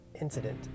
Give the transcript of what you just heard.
incident